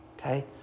okay